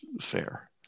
fair